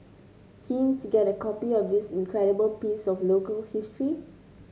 keen to get a copy of this incredible piece of local history